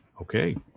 Okay